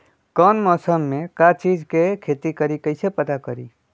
कौन मौसम में का चीज़ के खेती करी कईसे पता करी?